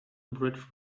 bridge